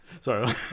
Sorry